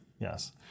Yes